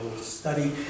study